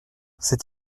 c’est